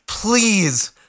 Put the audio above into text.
Please